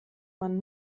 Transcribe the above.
man